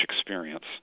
experience